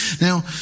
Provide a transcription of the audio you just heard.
Now